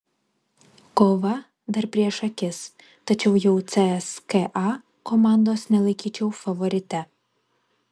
kova dar prieš akis tačiau jau cska komandos nelaikyčiau favorite